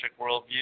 worldview